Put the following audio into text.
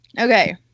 Okay